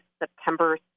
September